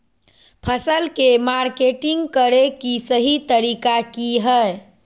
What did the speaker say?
फसल के मार्केटिंग करें कि सही तरीका की हय?